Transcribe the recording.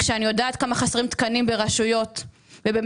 כשאני יודעת כמה חסרים תקנים ברשויות ובמקומות,